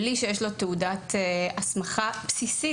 בלי שיש לו תעודת הסמכה בסיסית.